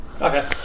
Okay